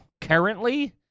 currently